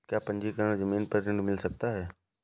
क्या पंजीकरण ज़मीन पर ऋण मिल सकता है?